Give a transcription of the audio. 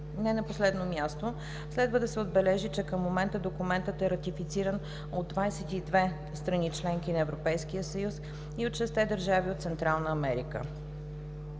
Не на последно място следва да се отбележи, че към момента документът е ратифициран от 22 страни – членки на Европейския съюз, и от шестте държави от Централна Америка.